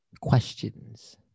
questions